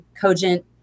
cogent